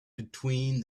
between